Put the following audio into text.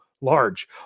large